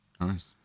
Nice